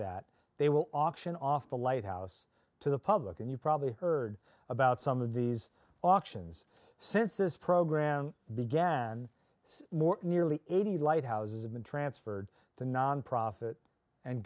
that they will auction off the lighthouse to the public and you probably heard about some of these auctions since this program began more nearly eighty lighthouses have been transferred to nonprofit and